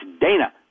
Dana